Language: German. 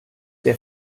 der